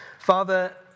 Father